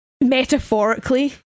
metaphorically